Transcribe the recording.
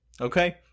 Okay